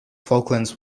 falklands